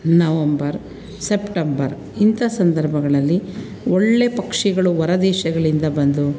November September ಇಂಥ ಸಂದರ್ಭಗಳಲ್ಲಿ ಒಳ್ಳೆಯ ಪಕ್ಷಿಗಳು ಹೊರದೇಶಗಳಿಂದ ಬಂದು